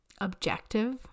objective